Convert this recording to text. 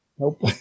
Nope